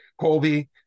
Colby